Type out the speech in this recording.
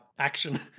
action